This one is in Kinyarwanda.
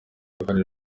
uruhare